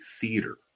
theater